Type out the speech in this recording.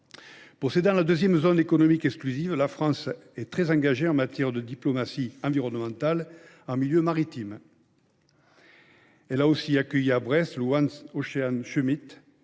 Possédant la deuxième zone économique exclusive (ZEE) au monde, la France est très engagée en matière de diplomatie environnementale en milieu maritime. Elle a aussi accueilli à Brest le, en février